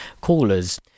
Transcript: callers